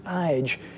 age